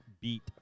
beat